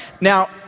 Now